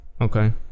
Okay